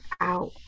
out